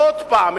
עוד פעם,